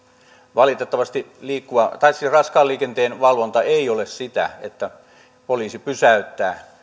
valitettavasti raskaan liikenteen valvonta ei ole sitä että poliisi pysäyttää